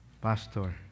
Pastor